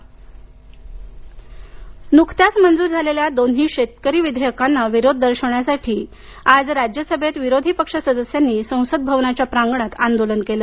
राज्यसभा निषेध नुकत्याच मंजूर झालेल्या दोन्ही शेतकरी विधेयकांना विरोध दर्शवण्यासाठी आज राज्यसभेत विरोधी पक्ष सदस्यांनी संसद भवनाच्या प्रांगणात आंदोलन केलं